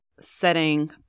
setting